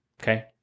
Okay